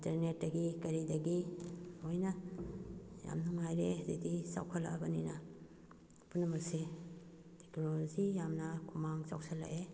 ꯏꯟꯇꯔꯅꯦꯠꯇꯒꯤ ꯀꯔꯤꯗꯒꯤ ꯂꯣꯏꯅ ꯌꯥꯝ ꯅꯨꯡꯉꯥꯏꯔꯦ ꯍꯧꯖꯤꯛꯇꯤ ꯆꯥꯎꯈꯠꯂꯛꯑꯕꯅꯤꯅ ꯄꯨꯅꯃꯛꯁꯦ ꯇꯦꯛꯅꯣꯂꯣꯖꯤ ꯌꯥꯝꯅ ꯈꯨꯃꯥꯡ ꯆꯥꯎꯁꯜꯂꯛꯑꯦ